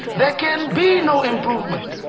there can be no improvement.